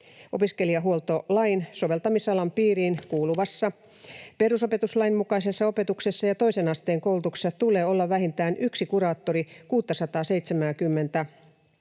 opiskeluhuoltolain soveltamisalan piiriin kuuluvassa perusopetuslain mukaisessa opetuksessa ja toisen asteen koulutuksessa tulee olla vähintään yksi kuraattori 670:tä